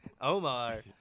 Omar